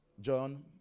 John